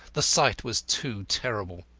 the sight was too terrible.